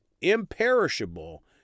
imperishable